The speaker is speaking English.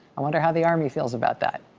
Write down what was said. i wonder how the army feels about that?